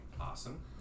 Awesome